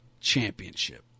championship